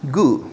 गु